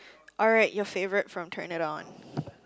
alright your favourite from turn it on